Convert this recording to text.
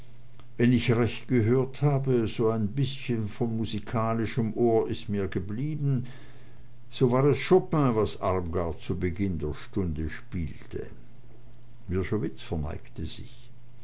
wenn ich recht gehört habe so ein bißchen von musikalischem ohr ist mir geblieben so war es chopin was armgard zu beginn der stunde spielte wrschowitz verneigte sich